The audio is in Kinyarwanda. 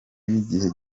y’igihe